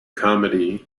comedy